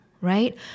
right